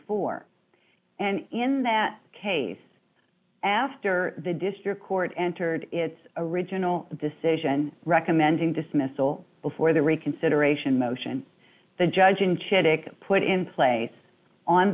four and in that case after the district court entered its original decision recommending dismissal before the reconsideration motion the judge in chittick put in place on